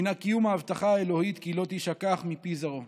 הוא קיום ההבטחה האלוקית "כי לא תִשָּׁכַח מפי זרעו"